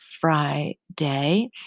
Friday